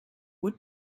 would